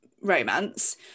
romance